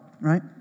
right